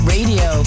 Radio